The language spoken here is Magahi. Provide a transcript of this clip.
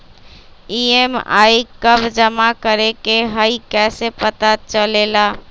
ई.एम.आई कव जमा करेके हई कैसे पता चलेला?